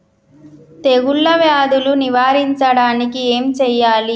తెగుళ్ళ వ్యాధులు నివారించడానికి ఏం చేయాలి?